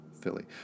Philly